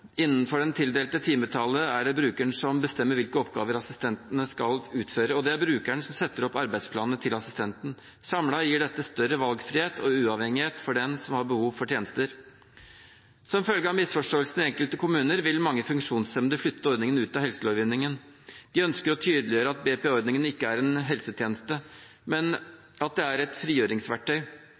Innenfor det tildelte timetallet er det brukeren som bestemmer hvilke oppgaver assistenten skal utføre, og det er brukeren som setter opp arbeidsplaner for assistenten. Samlet gir dette større valgfrihet og uavhengighet for den som har behov for tjenester. Som følge av misforståelsen i enkelte kommuner vil mange funksjonshemmede flytte ordningen ut av helselovgivningen. De ønsker å tydeliggjøre at BPA-ordningen ikke er en helsetjeneste, men et frigjøringsverktøy. Andre funksjonshemmede mener at det ikke er